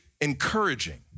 encouraging